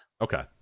Okay